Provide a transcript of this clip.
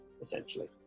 essentially